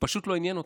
פשוט לא עניין אותם.